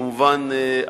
כמובן,